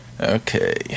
okay